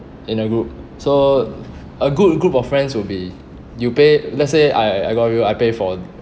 in a group so a good group of friends will be you pay let's say I I I go out with you I pay for